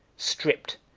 stripped,